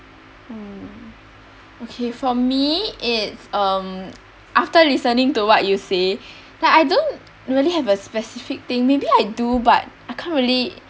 mm okay for me is um after listening to what you say like I don't really have a specific thing maybe I do but I can't really